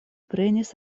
prenis